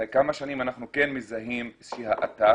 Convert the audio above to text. אחרי כמה שנים אנחנו כן מזהים איזושהי האטה